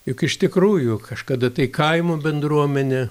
juk iš tikrųjų kažkada tai kaimo bendruomenė